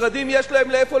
המשרדים, יש להם לאן לעבור.